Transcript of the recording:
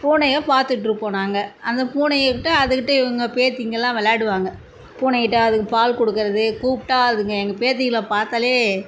பூனையை பார்த்துட்ருப்போம் நாங்கள் அந்த பூனையை விட்டால் அதுகிட்ட இவங்க பேத்திங்கெள்லாம் விளையாடுவாங்க பூனைகிட்ட அதுக்கு பால் கொடுக்கறது கூப்பிட்டா அதுங்க எங்கள் பேத்திங்கள பார்த்தாலே